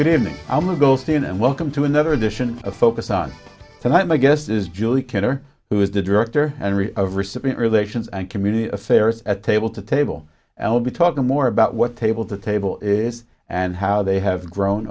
good evening i'm a goldstein and welcome to another edition of focus on tonight my guest is julie kenner who is the director and recipient relations and community affairs at table to table i'll be talking more about what table to table is and how they have grown